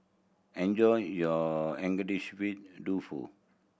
enjoy your Agedashi way Dofu